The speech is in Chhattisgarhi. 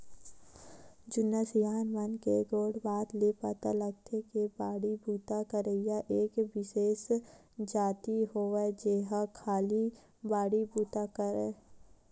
जुन्ना सियान मन के गोठ बात ले पता लगथे के बाड़ी बूता करइया एक बिसेस जाति होवय जेहा खाली बाड़ी बुता करय